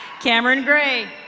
cameron gray.